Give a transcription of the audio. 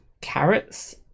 carrots